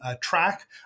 track